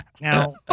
Now